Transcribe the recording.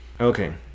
okay